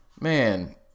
man